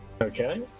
Okay